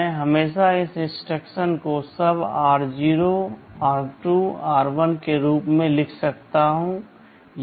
मैं हमेशा इस इंस्ट्रक्शन को SUB r0 r2 r1 के रूप में लिख सकता हूं